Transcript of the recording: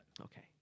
Okay